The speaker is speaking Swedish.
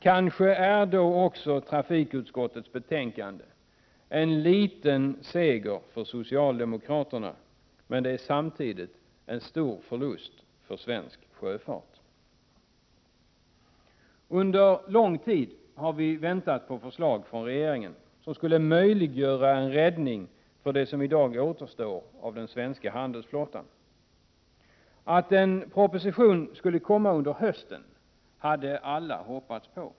Kanske är då också trafikutskottets betänkande en liten seger för socialdemokraterna, men det är samtidigt en stor förlust för svensk sjöfart. Under lång tid har vi väntat på förslag från regeringen som skulle möjliggöra en räddning för det som i dag återstår av den svenska handelsflottan. Att en proposition skulle komma under hösten hade alla hoppats på.